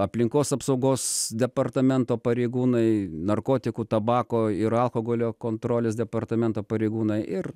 aplinkos apsaugos departamento pareigūnai narkotikų tabako ir alkoholio kontrolės departamento pareigūnai ir